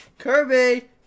Kirby